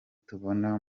tubona